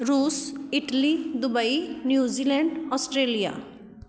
ਰੂਸ Italy Dubai New Zealand Australia